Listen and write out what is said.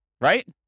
Right